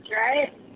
right